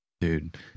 dude